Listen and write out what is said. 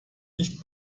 nicht